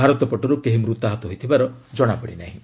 ଭାରତ ପଟରୁ କେହି ମୃତାହତ ହୋଇଥିବାର ଜଣାପଡ଼ି ନାହିଁ